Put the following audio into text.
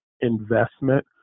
investment